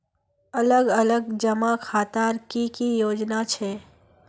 अलग अलग जमा खातार की की योजना छे?